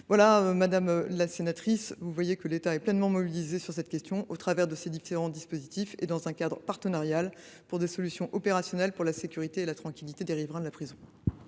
voyez, madame la sénatrice, l’État est pleinement mobilisé sur cette question, au travers de ces différents dispositifs et dans un cadre partenarial, afin d’aboutir à des solutions opérationnelles pour la sécurité et la tranquillité des riverains de la prison.